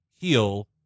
heal